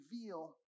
reveal